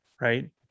Right